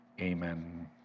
amen